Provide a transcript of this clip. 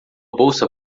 bolsa